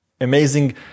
amazing